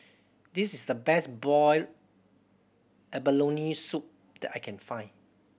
this is the best boiled abalone soup that I can find